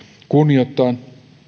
kunnioittaen